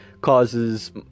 causes